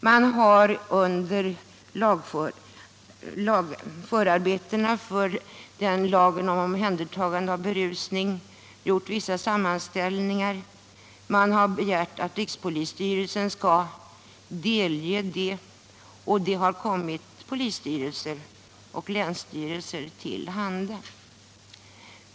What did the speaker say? Det har under förarbetena till lagen om omhändertagande av berusade gjorts vissa sammanställningar, och man har begärt att rikspolisstyrelsen skall redovisa dessa. Materialet har kommit polisstyrelser och länsstyrelser till handa.